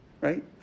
Right